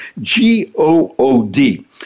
G-O-O-D